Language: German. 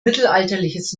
mittelalterliches